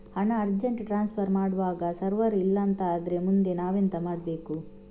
ಹಣ urgent transfer ಮಾಡ್ವಾಗ server ಇಲ್ಲಾಂತ ಆದ್ರೆ ಮುಂದೆ ನಾವೆಂತ ಮಾಡ್ಬೇಕು?